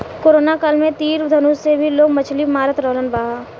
corona काल में तीर धनुष से भी लोग मछली मारत रहल हा